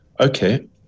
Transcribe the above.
Okay